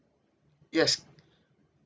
yes